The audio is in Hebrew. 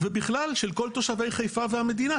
ובכלל של כל תושבי חיפה והמדינה,